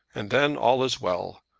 and then all is well.